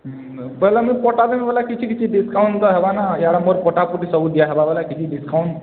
ହୁଁ ବୋଇଲେ ମୁଇଁ ପଟା ଦେମି ବୋଇଲେ କିଛି କିଛି ଡ଼ିସକାଉଣ୍ଟ୍ ତ ହେବାନା ଇଆଡ଼େ ମୋର୍ ପଟା ପୋଟି ସବୁ ଦିଆହେବ ବୋଇଲେ କିଛି ଡ଼ିସକାଉଣ୍ଟ୍